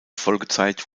folgezeit